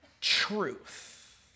truth